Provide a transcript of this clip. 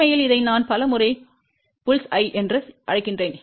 உண்மையில் இதை நான் பல முறை புல்ஸ் கண் bull's eye என்று அழைக்கிறேன்